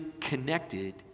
connected